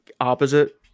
opposite